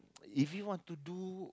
if you want to do